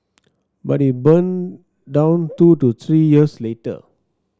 but it burned down two to three years later